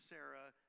Sarah